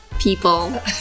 people